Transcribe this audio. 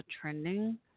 trending